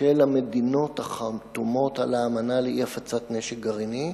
של המדינות החתומות על האמנה לאי-הפצת נשק גרעיני,